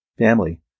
family